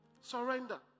Surrender